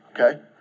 okay